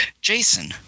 Jason